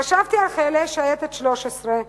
חשבתי על חיילי שייטת 13,